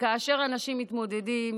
וכאשר אנשים מתמודדים